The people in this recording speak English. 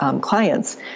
clients